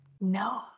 no